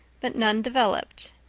but none developed.